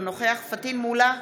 אינו נוכח פטין מולא,